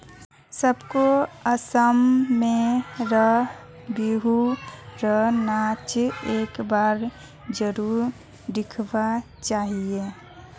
सबको असम में र बिहु र नाच एक बार जरुर दिखवा चाहि